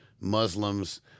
Muslims